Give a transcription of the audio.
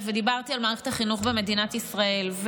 ודיברתי על מערכת החינוך במדינת ישראל.